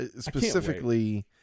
specifically